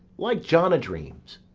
like john-a-dreams,